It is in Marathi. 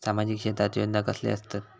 सामाजिक क्षेत्रात योजना कसले असतत?